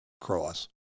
cross